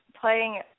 playing